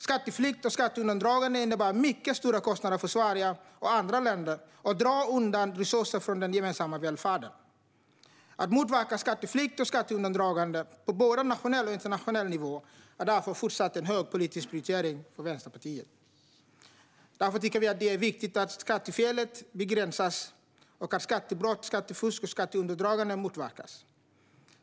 Skatteflykt och skatteundandragande innebär mycket stora kostnader för Sverige och andra länder och drar undan resurser från den gemensamma välfärden. Att motverka skatteflykt och skatteundandragande på både nationell och internationell nivå är därför även i fortsättningen en hög politisk prioritering för Vänsterpartiet. Därför tycker vi att det är viktigt att skattefelet begränsas och att skattebrott, skattefusk och skatteundandragande motverkas.